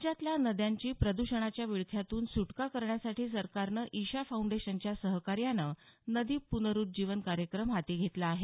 राज्यातल्या नद्यांची प्रद्रषणाच्या विळख्यातून सुटका करण्यासाठी सरकारनं ईशा फाऊंडेशनच्या सहकार्यानं नदी पुनरुज्जीवन कार्यक्रम हाती घेतला आहे